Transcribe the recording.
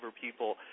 people